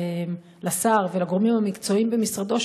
לשר ולגורמים המקצועיים במשרדו,